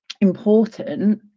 important